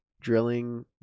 drilling